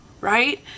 right